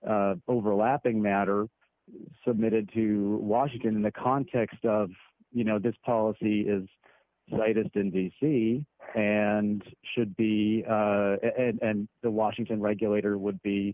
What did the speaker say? overlapping matter submitted to washington in the context of you know this policy is lightest in d c and should be and the washington regulator would be